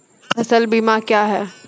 फसल बीमा क्या हैं?